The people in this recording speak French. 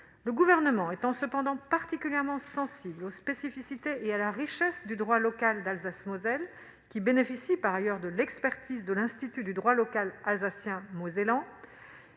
Le Gouvernement étant cependant particulièrement sensible aux spécificités et à la richesse du droit local d'Alsace-Moselle, qui bénéficie par ailleurs de l'expertise de l'Institut du droit local alsacien-mosellan,